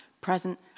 present